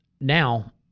now